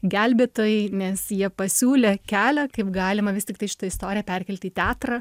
gelbėtojai nes jie pasiūlė kelią kaip galima vis tiktai šitą istoriją perkelt į teatrą